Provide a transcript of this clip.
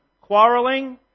quarrelling